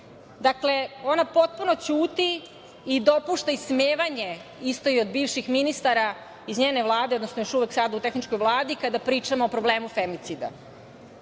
Dakle, ona potpuno ćuti i dopušta ismevanje isto i od bivših ministara iz njene Vlade, odnosno još uvek sada u tehničkoj Vladi kada pričamo o problemu femicida.2/3